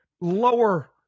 lower